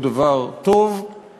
הוא דבר טוב,